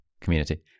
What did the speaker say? Community